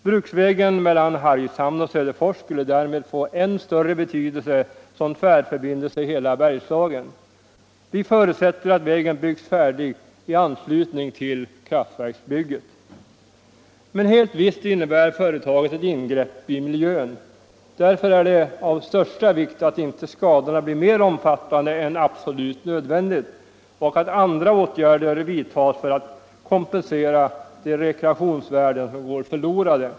Bruksvägen mellan Hargshamn och Söderfors skulle därmed få en större betydelse som färdförbindelse i hela Bergslagen. Vi förutsätter att vägen byggs färdig i anslutning till kraftverksbygget. Men helt visst innebär företaget ett ingrepp i miljön. Därför är det av största vikt att skadorna inte blir mer omfattande än absolut nödvändigt och att andra åtgärder vidtas för att kompensera de rekreationsvärden som går förlorade.